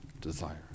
desire